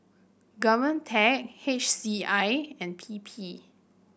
Govtech H C I and P P